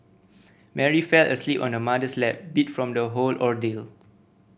Mary fell asleep on her mother's lap beat from the whole ordeal